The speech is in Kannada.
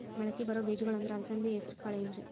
ಮಳಕಿ ಬರೋ ಬೇಜಗೊಳ್ ಅಂದ್ರ ಅಲಸಂಧಿ, ಹೆಸರ್ ಕಾಳ್ ಏನ್ರಿ?